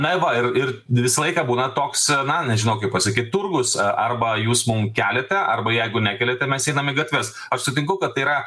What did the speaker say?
na va ir ir visą laiką būna toks na nežinau kaip pasakyt turgus arba jūs mum keliate arba jeigu nekeliate mes einam į gatves aš sutinku kad yra